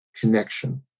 connection